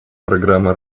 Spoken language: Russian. программы